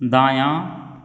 दायाँ